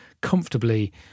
comfortably